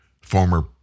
Former